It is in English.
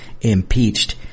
impeached